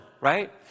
right